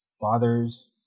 fathers